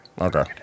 Okay